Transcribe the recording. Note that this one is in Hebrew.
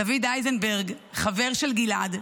דוד אייזנברג, חבר של גלעד,